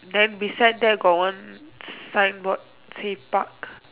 then beside that got one sign board say park